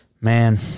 Man